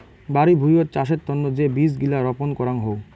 বাড়ি ভুঁইয়ত চাষের তন্ন যে বীজ গিলা রপন করাং হউ